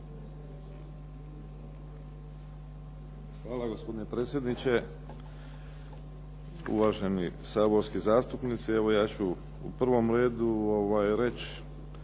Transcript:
Hvala. Gospodine predsjedniče, uvaženi saborski zastupnici. Evo ja ću u prvom redu reći